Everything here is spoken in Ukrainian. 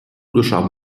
душа